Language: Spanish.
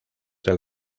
del